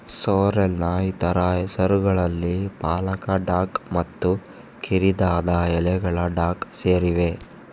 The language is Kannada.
ಸೋರ್ರೆಲ್ನ ಇತರ ಹೆಸರುಗಳಲ್ಲಿ ಪಾಲಕ ಡಾಕ್ ಮತ್ತು ಕಿರಿದಾದ ಎಲೆಗಳ ಡಾಕ್ ಸೇರಿವೆ